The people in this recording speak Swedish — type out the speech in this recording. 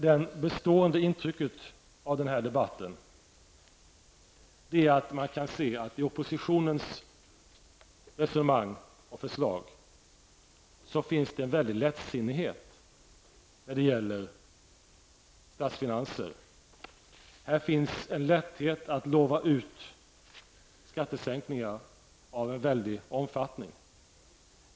Det bestående intrycket av den här debatten är att man kan se att det i oppositionens resonemang och förslag finns en stor lättsinnighet när det gäller statsfinanserna. Här finns en lättsinnighet i fråga om att lova ut skattesänkningar av väldig omfattning.